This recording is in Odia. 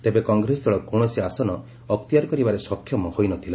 ତେବେ କଂଗ୍ରେସ ଦଳ କୌଣସି ଆସନ ଅକ୍ତିଆର କରିବାରେ ସକ୍ଷମ ହୋଇନଥିଲା